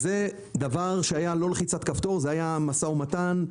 זה היה דבר לא לחיצת כפתור אלא משא ומתן.